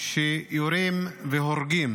שיורים והורגים